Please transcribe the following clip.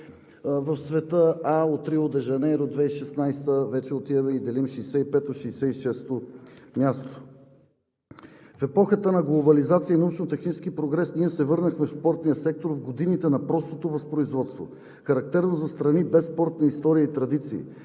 в света, а от Рио де Жанейро 2016 г. вече отиваме и делим 65-о – 66-о място. В епохата на глобализация и научно-технически прогрес ние се върнахме в спортния сектор в годините на простото възпроизводство, характерно за страни без спортна история и традиции.